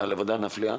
על העבודה הנפלאה.